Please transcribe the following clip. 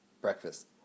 Breakfast